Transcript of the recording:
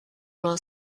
will